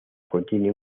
contiene